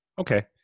okay